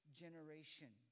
generation